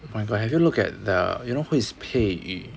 my god have you looked at the you know who is pei yu